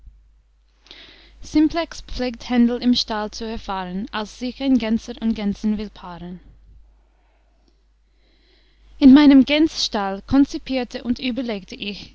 simplex pflegt händel im stall zu erfahren als sich ein gänser und gänsin will paaren in meinem gänsstall konzipierte und überlegte ich